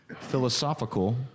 philosophical